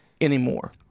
anymore